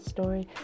Story